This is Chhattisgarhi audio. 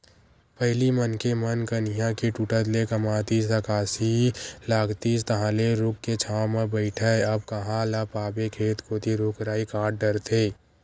पहिली मनखे मन कनिहा के टूटत ले कमातिस थकासी लागतिस तहांले रूख के छांव म बइठय अब कांहा ल पाबे खेत कोती रुख राई कांट डरथे